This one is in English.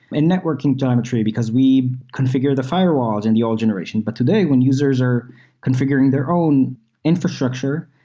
and networking telemetry, because we configure the firewalls in the old generation. but today when users are configuring their own infrastructure,